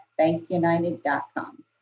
bankunited.com